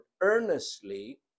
earnestly